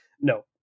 No